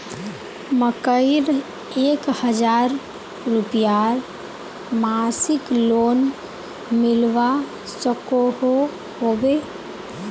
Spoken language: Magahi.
मकईर एक हजार रूपयार मासिक लोन मिलवा सकोहो होबे?